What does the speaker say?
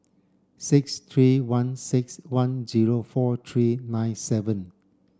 six three one six one zero four three nine seven